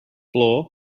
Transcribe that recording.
floor